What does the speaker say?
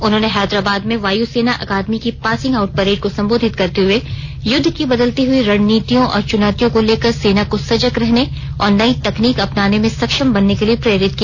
उन्होंने हैदराबाद में वायु सेना अकादमी की पासिंग आउट परेड को संबोधित करते हुए युद्ध की बदलती हुई रणनीतियों और चुनौतियों को लेकर सेना को सजग रहने और नई तकनीक अपनाने में सक्षम बनने के लिए प्रेरित किया